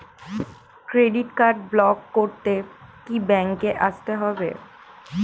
Credit card block করতে কি ব্যাংকে আসতে হবে?